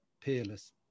peerless